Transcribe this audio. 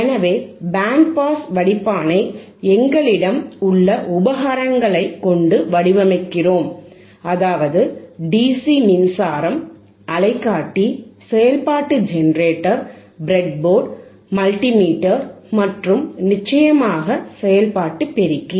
எனவே band pass வடிப்பானை எங்களிடம் உள்ள உபகரணங்களை கொண்டு வடிவமைக்கிறோம் அதாவது டிசி மின்சாரம் அலைக்காட்டி செயல்பாட்டு ஜெனரேட்டர் பிரட்போர்டு மல்டிமீட்டர் மற்றும் நிச்சயமாக செயல்பாட்டு பெருக்கி